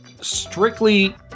strictly